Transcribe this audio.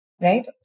right